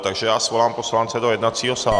Takže já svolám poslance do jednacího sálu.